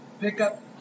pickup